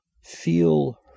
feel